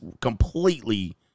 completely